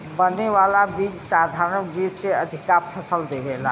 बने वाला बीज साधारण बीज से अधिका फसल देवेला